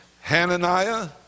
Hananiah